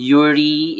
Yuri